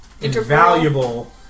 invaluable